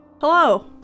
Hello